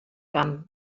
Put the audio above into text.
camp